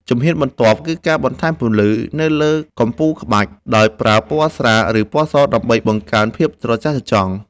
ជំហានបន្ទាប់គឺការបន្ថែមពន្លឺ នៅលើកំពូលក្បាច់ដោយប្រើពណ៌ស្រាល ឬពណ៌ស ដើម្បីបង្កើនភាពត្រចះត្រចង់។